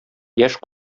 яшь